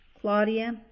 Claudia